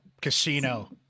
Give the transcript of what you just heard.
casino